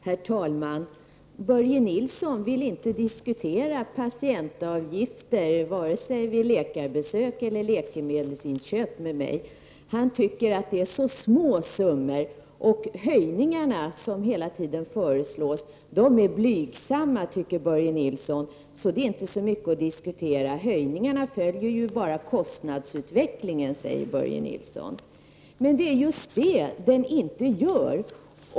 Herr talman! Börje Nilsson vill inte diskutera patientavgifter, vare sig vid läkarbesök eller läkemedelsinköp, med mig. Han tycker att det är så små summor. Höjningarna som hela tiden föreslås är blygsamma, tycker Börje Nilsson, så de är inte mycket att diskutera. Höjningarna följer ju bara kostnadsutvecklingen, säger Börje Nilsson, men det är just det de inte gör.